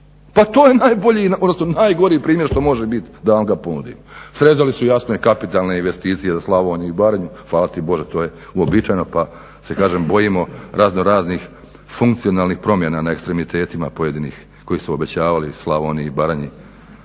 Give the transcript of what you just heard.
Pa to je najbolji, odnosno najgori primjer što može biti da vam ga ponudim. Srezali su jasno i kapitalne investicije za Slavoniju i Baranju. Hvala ti Bože to je uobičajeno, pa se kažem bojimo razno raznih funkcionalnih promjena na ekstremitetima pojedinih koji su obećavali Slavoniji i Baranji.